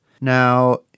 Now